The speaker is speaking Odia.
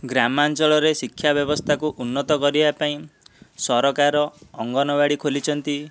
ଗ୍ରାମାଞ୍ଚଳରେ ଶିକ୍ଷା ବ୍ୟବସ୍ଥାକୁ ଉନ୍ନତ କରିବାପାଇଁ ସରକାର ଅଙ୍ଗନବାଡ଼ି ଖୋଲିଛନ୍ତି